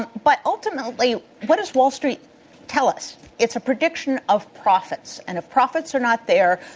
and but ultimately, what does wall street tell us? it's a prediction of profits. and if profits are not there,